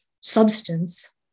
substance